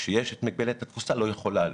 לא יכול לעלות.